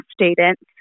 students